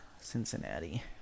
Cincinnati